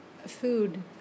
Food